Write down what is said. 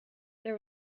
there